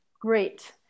Great